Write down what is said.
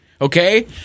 Okay